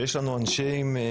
ויש לנו נשות מקצוע